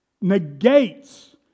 negates